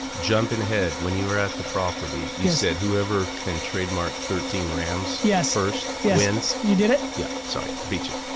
jumping ahead. when you were at the property, you said whoever can trademark thirteen rams yeah first yeah wins. you did it? yeah, sorry, beat you.